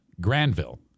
Granville